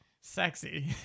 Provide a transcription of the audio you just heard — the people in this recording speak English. Sexy